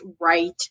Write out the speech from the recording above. right